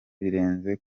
birenze